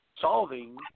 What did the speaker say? solving